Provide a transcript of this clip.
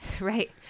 right